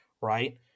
right